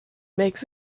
make